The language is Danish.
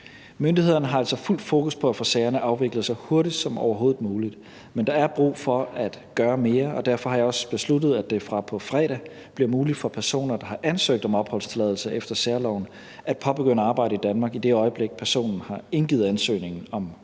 Myndighederne har altså fuldt fokus på at få sagerne afviklet så hurtigt som overhovedet muligt, men der er brug for at gøre mere, og derfor har jeg også besluttet, at det fra på fredag bliver muligt for personer, der har ansøgt om opholdstilladelse efter særloven, at påbegynde arbejde i Danmark, i det øjeblik personen har indgivet ansøgning om